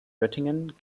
göttingen